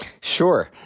Sure